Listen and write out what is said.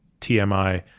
TMI